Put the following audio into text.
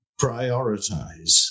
prioritize